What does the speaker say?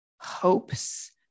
hopes